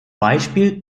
beispiel